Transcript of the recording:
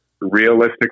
realistic